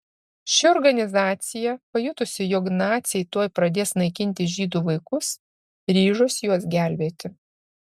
ši organizacija pajutusi jog naciai tuoj pradės naikinti žydų vaikus ryžosi juos gelbėti